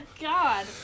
God